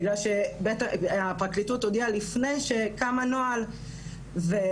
בגלל שהפרקליטות הודיעה לפני שקם הנוהל ולצערי,